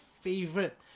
favorite